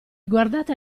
guardate